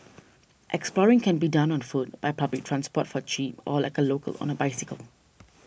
exploring can be done on foot by public transport for cheap or like a local on a bicycle